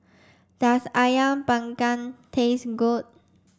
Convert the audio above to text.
does Ayam panggang taste good